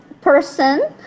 person